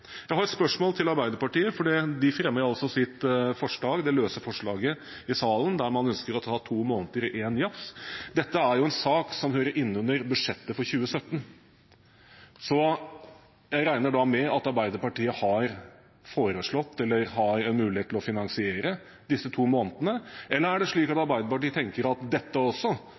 Jeg har et spørsmål til Arbeiderpartiet, for de fremmer et forslag i salen der man ønsker å ta to måneder i en jafs. Dette er en sak som hører inn under budsjettet for 2017, så jeg regner med at Arbeiderpartiet har foreslått eller har en mulighet til å finansiere disse to månedene. Eller er det slik at Arbeiderpartiet tenker at dette også